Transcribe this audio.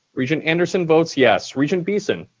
regent anderson votes yes. regent beeson?